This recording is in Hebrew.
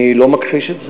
אני לא מכחיש את זה,